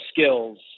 skills